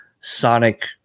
sonic